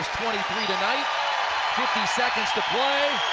twenty three tonight. fifty seconds to play.